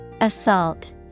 assault